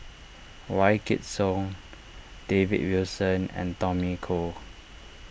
Wykidd Song David Wilson and Tommy Koh